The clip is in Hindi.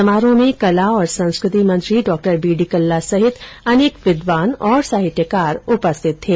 समारोह में कला और संस्कृति मंत्री डॉ बीडी कल्ला सहित अनेक विद्वान और साहित्यकार उपस्थित थे